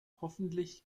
hoffentlich